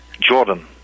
Jordan